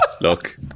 Look